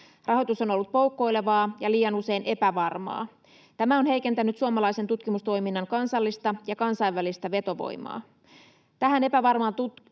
Rahoitus on ollut poukkoilevaa ja liian usein epävarmaa. Tämä on heikentänyt suomalaisen tutkimustoiminnan kansallista ja kansainvälistä vetovoimaa. Tähän epävarmaan